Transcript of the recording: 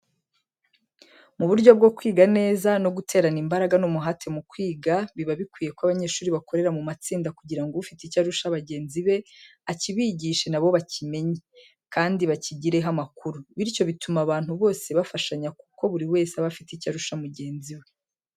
Mu buryo bwo kwiga neza no guterana imbaraga n'umuhate mu kwiga, biba bikwiye ko abanyeshuri bakorera mu matsinda kugira ngo ufite icyo arusha bagenzi be akibigishe na bo bakimenye, kandi bakigireho amakuru, bityo bituma abantu bose bafashanya kuko buri wese aba afite icyo arusha mugenzi we.